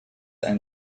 ein